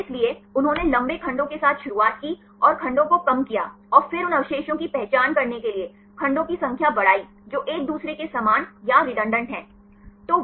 इसलिए उन्होंने लंबे खंडों के साथ शुरुआत की और खंडों को कम किया और फिर उन अवशेषों की पहचान करने के लिए खंडों की संख्या बढ़ाई जो एक दूसरे के समान या रेडंडान्त हैं